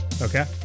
Okay